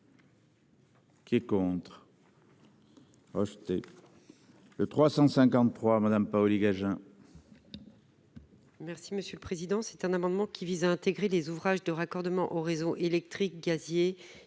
Qui est contre. Acheter. Le 353 Madame Paoli-Gagin. Merci Monsieur le Président c'est un amendement qui vise à intégrer des ouvrages de raccordement au réseau électrique gazier hydrogène